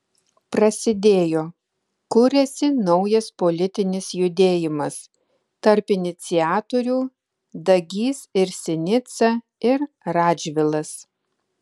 prasidėjo kuriasi naujas politinis judėjimas tarp iniciatorių dagys ir sinica ir radžvilas